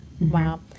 Wow